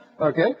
okay